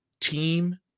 team